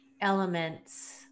elements